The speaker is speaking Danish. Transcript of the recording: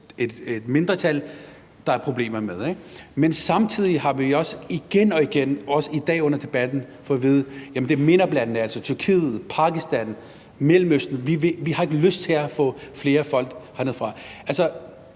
et mindretal, der er problemer med. Samtidig har vi jo også igen og igen – også i dag under debatten – fået at vide, at det er MENAPT-lande, altså Tyrkiet, Pakistan, Mellemøsten, vi ikke har lyst til at få flere folk fra.